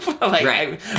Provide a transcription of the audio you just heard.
Right